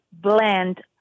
blend